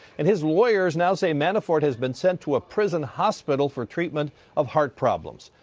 and his lawyers now say manafort has been sent to a prison hospital for treatment of heart problems.